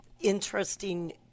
interesting